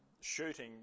shooting